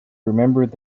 remembered